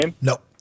Nope